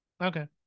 Okay